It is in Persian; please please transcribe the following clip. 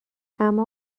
اما